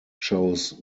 chose